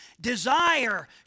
desire